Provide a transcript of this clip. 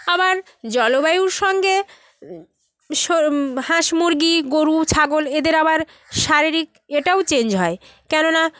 আবার জলবায়ুর সঙ্গে হাঁস মুরগি গরু ছাগল এদের আবার শারীরিক এটাও চেঞ্জ হয় কেননা